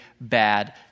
bad